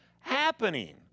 happening